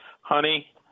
Honey